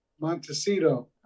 Montecito